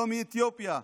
לא מאתיופיה.